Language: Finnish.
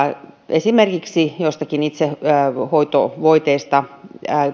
esimerkiksi joistakin itsehoitovoiteista